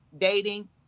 dating